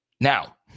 Now